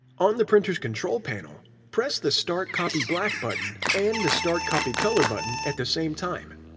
on the printer's control panel, press the start copy black button and the start copy color button at the same time.